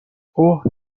اوه